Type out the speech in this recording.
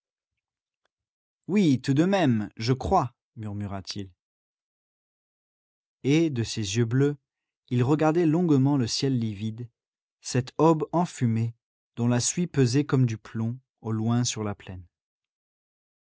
oui tout de même je crois murmura-t-il et de ses yeux bleus il regardait longuement le ciel livide cette aube enfumée dont la suie pesait comme du plomb au loin sur la plaine